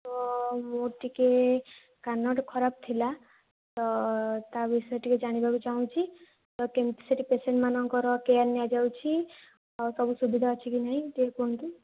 ତ ମୋର ଟିକେ କାନ ଗୋଟିଏ ଖରାପ ଥିଲା ତ ତା'ବିଷୟରେ ଟିକେ ଜାଣିବାକୁ ଚାହୁଁଛି ତ କେମିତି ସେଠି ପେସେଣ୍ଟ ମାନଙ୍କର କେୟାର ନିଆଯାଉଛି ଆଉ ସବୁ ସୁବିଧା ଅଛି କି ନାହିଁ ଟିକେ କୁହନ୍ତୁ